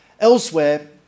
Elsewhere